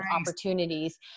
opportunities